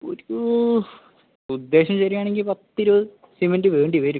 ഒരു ഉദ്ദേശം ശരി ആണെങ്കിൽ പത്ത് ഇരുപത് സിമൻറ്റ് വേണ്ടി വരും